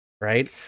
Right